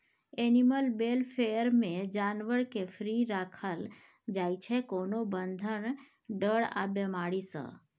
animal welfare मे जानबर केँ फ्री राखल जाइ छै कोनो बंधन, डर आ बेमारी सँ